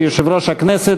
כיו"ר הכנסת,